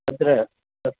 अत्र अस्